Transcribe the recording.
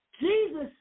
Jesus